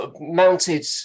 mounted